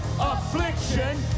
affliction